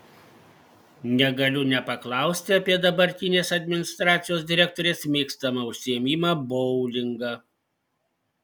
negaliu nepaklausti apie dabartinės administracijos direktorės mėgstamą užsiėmimą boulingą